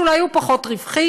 שאולי הוא פחות רווחי,